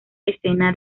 escena